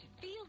feel